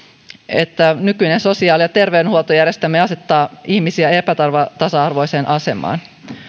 että nykyinen sosiaali ja terveydenhuoltojärjestelmä asettaa ihmisiä epätasa arvoiseen asemaan